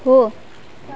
हो